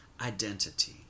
identity